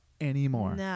anymore